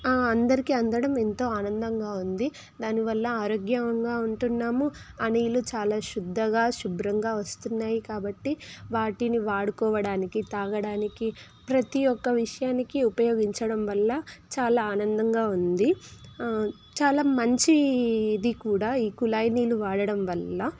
అందరికి అందడం ఎంతో ఆనందంగా ఉంది దానివల్ల ఆరోగ్యంగా ఉంటున్నాము ఆ నీళ్ళు చాలా శుద్ధగా శుభ్రంగా వస్తున్నాయి కాబట్టి వాటిని వాడుకోవడానికి తాగడానికి ప్రతి ఒక్క విషయానికి ఉపయోగించడం వల్ల చాలా ఆనందంగా ఉంది చాలా మంచి ఇది కూడా ఈ కుళాయి నీళ్ళు వాడడం వల్ల